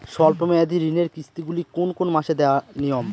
স্বল্প মেয়াদি ঋণের কিস্তি গুলি কোন কোন মাসে দেওয়া নিয়ম?